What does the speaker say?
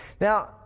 Now